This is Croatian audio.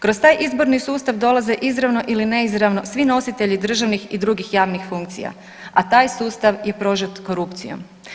Kroz taj izborni sustav dolaze izravno ili neizravno svi nositelji državnih i drugih javnih funkcija, a taj sustav je prožet korupcijom.